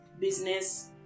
business